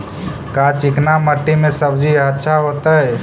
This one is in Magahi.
का चिकना मट्टी में सब्जी अच्छा होतै?